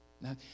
Now